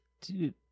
Dude